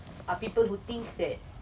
are people who think that